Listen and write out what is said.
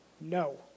No